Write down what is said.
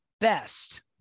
best